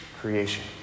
creation